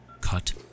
Cut